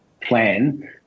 plan